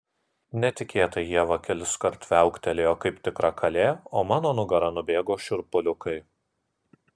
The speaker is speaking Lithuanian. netikėtai ieva keliskart viauktelėjo kaip tikra kalė o mano nugara nubėgo šiurpuliukai